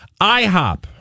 IHOP